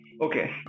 Okay